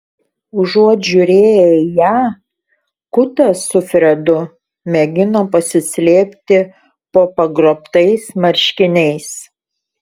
užuot žiūrėję į ją kutas su fredu mėgino pasislėpti po pagrobtais marškiniais